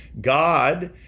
God